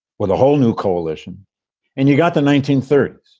with a whole new coalition and you've got the nineteen thirty